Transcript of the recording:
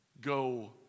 go